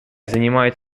занимает